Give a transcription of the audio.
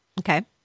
Okay